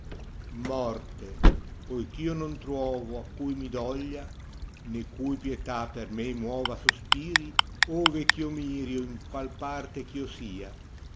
i ifjlorte poichio non truoto a cui mi doglia ne cui pietà per me muo a sospiri pye ch io miri o n qual parte eh io sia